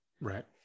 Right